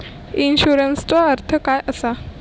इन्शुरन्सचो अर्थ काय असा?